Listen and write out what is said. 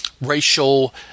racial